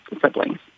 siblings